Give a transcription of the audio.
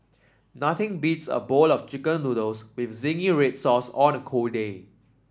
nothing beats a bowl of chicken noodles with zingy red sauce on a cold day